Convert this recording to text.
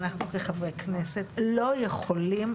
ואנחנו כחברי כנסת לא יכולים,